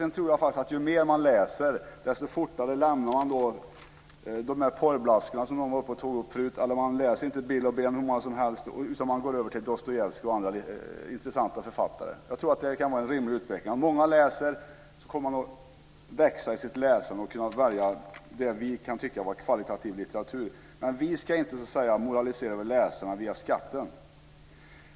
Jag tror också att ju mer man läser, desto fortare lämnar man de porrblaskor som någon tidigare talare tog upp och går över till Dostojevskij och andra intressanta författare. Jag tror att det kan vara en rimlig utveckling. När många läser kommer man att växa i sitt läsande och gå över till det som vi kan tycka är kvalitativ litteratur. Vi ska dock inte moralisera över läsarna via skatten.